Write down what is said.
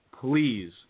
Please